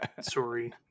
Sorry